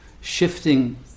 shifting